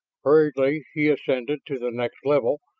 hurriedly he ascended to the next level,